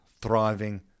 thriving